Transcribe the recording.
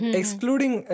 excluding